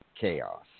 chaos